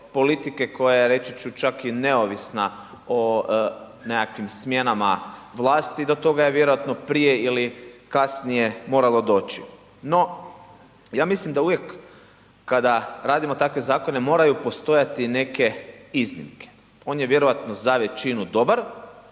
politike koja je reći ću čak i neovisna o nekakvim smjenama vlasti, do toga je vjerovatno prije ili kasnije moralo doći no ja mislim da uvijek kada radimo takve zakone, moraju postojati neke iznimke, on je vjerojatno za većinu dobar